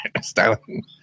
styling